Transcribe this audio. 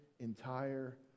entire